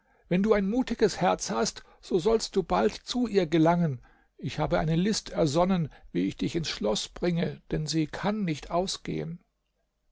wenn du ein mutiges herz hast so sollst du bald zu ihr gelangen ich habe eine list ersonnen wie ich dich ins schloß bringe denn sie kann nicht ausgehen